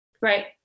Right